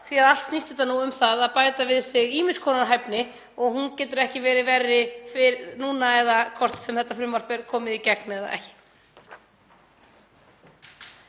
því allt snýst þetta um að bæta við sig ýmiss konar hæfni og hún getur ekki verið verri núna, hvort sem þetta frumvarp er komið í gegn eða ekki.